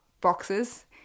boxes